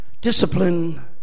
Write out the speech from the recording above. discipline